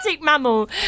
mammal